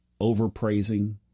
overpraising